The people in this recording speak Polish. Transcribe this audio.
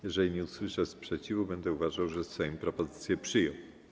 Jeżeli nie usłyszę sprzeciwu, będę uważał, że Sejm propozycję przyjął.